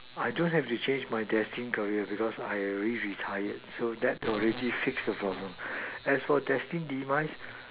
I don't have to change my destine career because I already retired so that already fix the problem as for destine demise